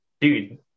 Dude